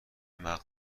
مغر